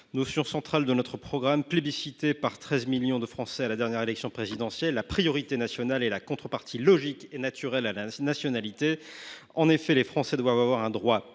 notion centrale de notre programme plébiscité par 13 millions de Français à la dernière élection présidentielle. La priorité nationale est la contrepartie logique et naturelle à la nationalité. En effet, les Français doivent bénéficier d’un droit